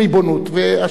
והשאלה היא כמובן,